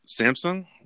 Samsung